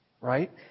right